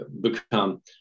become